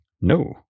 no